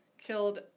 killed